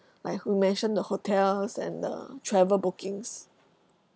like you mentioned the hotels and the travel bookings